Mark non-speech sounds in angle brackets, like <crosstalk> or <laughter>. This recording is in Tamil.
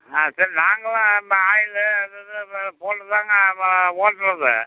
ஆ சரி நாங்களும் ஆயிலு அது இதுன்னு போட்டு தாங்க <unintelligible> ஓட்டுறது